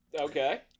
Okay